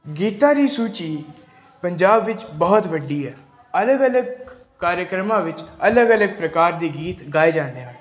ਗੀਤਾਂ ਦੀ ਸੂਚੀ ਪੰਜਾਬ ਵਿੱਚ ਬਹੁਤ ਵੱਡੀ ਹੈ ਅਲੱਗ ਅਲੱਗ ਕਾਰਿਆਕ੍ਰਮਾਂ ਵਿੱਚ ਅਲੱਗ ਅਲੱਗ ਪ੍ਰਕਾਰ ਦੇ ਗੀਤ ਗਾਏ ਜਾਂਦੇ ਹਨ